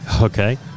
Okay